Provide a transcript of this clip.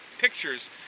pictures